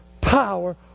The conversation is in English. power